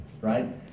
right